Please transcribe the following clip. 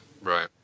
Right